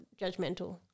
judgmental